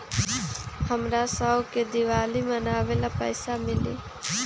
हमरा शव के दिवाली मनावेला पैसा मिली?